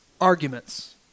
arguments